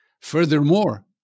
Furthermore